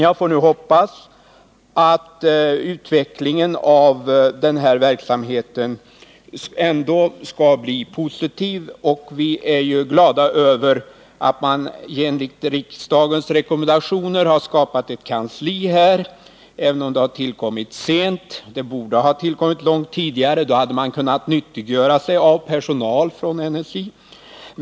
Jag får nu hoppas att utvecklingen av denna verksamhet ändå skall bli positiv. Vi är glada över att man enligt riksdagens rekommendationer har skapat ett kansli, även om det har tillkommit sent. Det borde ha tillkommit långt tidigare, därför att man då hade kunnat nyttiggöra sig personal från NSI.